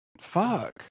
fuck